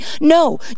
No